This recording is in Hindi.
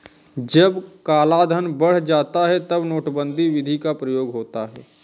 जब कालाधन बढ़ जाता है तब नोटबंदी विधि का प्रयोग होता है